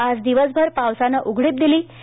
आज दिवसभर पावसानं उघडीप दिली होती